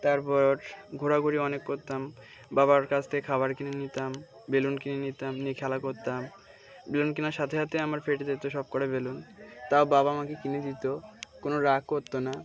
তারপর ঘোরাঘুরি অনেক কোত্তাম বাবার কাছ থেকে খাবার কিনে নিতাম বেলুন কিনে নিতাম নিখোলা কোত্তাম বেলুন কেনার সাথে সাথে আমার ফেটে যেতো সব করে বেলুন তাও বাবা মাকে কিনে দিতো কোনো রাগ কত্তো না